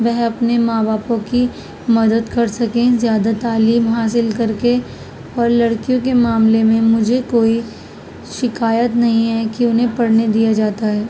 وہ اپنے ماں باپوں کی مدد کرسکیں زیادہ تعلیم حاصل کر کے اور لڑکیوں کے معاملے میں مجھے کوئی شکایت نہیں ہے کہ انہیں پڑھنے دیا جاتا ہے